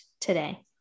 today